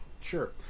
Sure